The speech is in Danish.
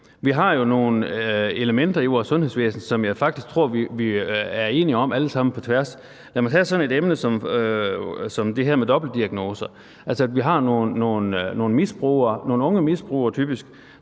Vi har jo nogle elementer i vores sundhedsvæsen, som jeg faktisk tror vi er enige om alle sammen på tværs. Lad mig tage sådan et emne som det her med dobbeltdiagnoser. Altså, vi har nogle misbrugere, typisk